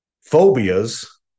Phobias